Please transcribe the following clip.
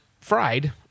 fried